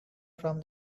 from